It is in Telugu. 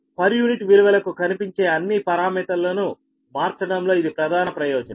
పర్ యూనిట్ విలువలకు కనిపించే అన్ని పరామితులను మార్చడంలో ఇది ప్రధాన ప్రయోజనం